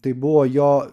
tai buvo jo